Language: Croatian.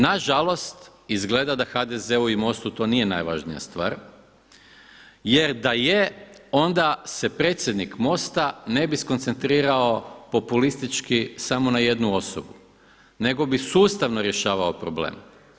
Nažalost, izgleda da HDZ-u i MOST-u to nije najvažnija stvar jer da je onda se predsjednik MOST-a ne bi skoncentrirao populistički samo na jednu osobu nego bi sustavno rješavao probleme.